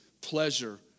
pleasure